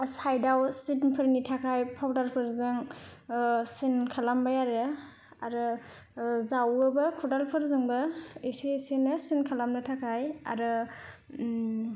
साइदआव सिनफोरनि थाखाय फावदारफोरजों सिन खालामबाय आरो आरो जावोबो खदालफोरजोंबो एसे एसेनो सिन खालामनो थाखाय आरो